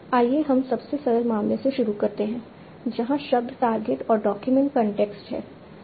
आइए हम सबसे सरल मामले से शुरू करते हैं जहां शब्द टारगेट और डॉक्यूमेंट कॉन्टेक्स्ट हैं